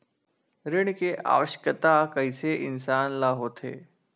ऋण के आवश्कता कइसे इंसान ला होथे?